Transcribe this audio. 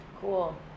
cool